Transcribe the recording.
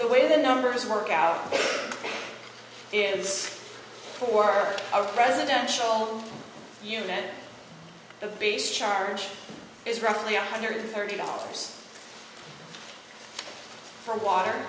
the way the numbers work out is for our residential unit the base charge is roughly one hundred thirty dollars for water